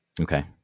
Okay